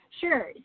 Sure